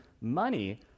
money